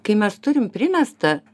kai mes turim primestą